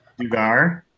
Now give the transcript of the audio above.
Dugar